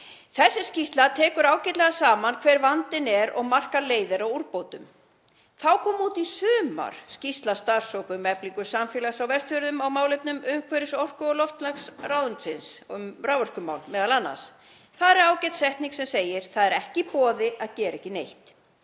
Þessi skýrsla tekur ágætlega saman hver vandinn er og markar leiðir að úrbótum. Þá kom út í sumar skýrsla starfshóps um eflingu samfélags á Vestfjörðum, á málefnum umhverfis-, orku- og loftslagsráðuneytisins, um raforkumál m.a. Þar er ágæt setning sem segir „ekki í boði að gera ekki neitt“.